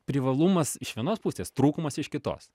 privalumas iš vienos pusės trūkumas iš kitos